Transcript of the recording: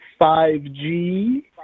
5G